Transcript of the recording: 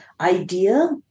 idea